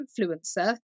influencer